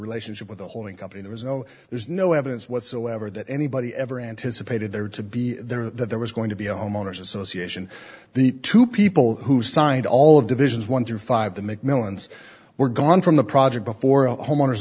relationship with a holding company there is no there's no evidence whatsoever that anybody ever anticipated there had to be there or that there was going to be a homeowner's association the two people who signed all of divisions one through five the mcmillan's were gone from the project before a homeowner